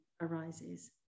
arises